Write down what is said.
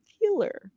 healer